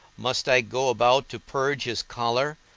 must i go about to purge his choler,